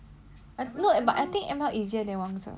I know but I think M_L easier than wangzhe